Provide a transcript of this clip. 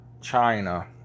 China